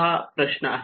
हा प्रश्न आहे